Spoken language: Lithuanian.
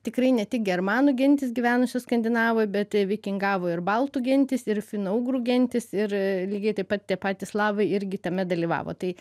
tikrai ne tik germanų gentys gyvenusios skandinavijoj bet ir vikingavo ir baltų gentys ir finougrų gentys ir lygiai taip pat tie patys slavai irgi tame dalyvavo tai